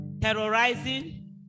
Terrorizing